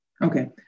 Okay